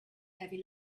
heavy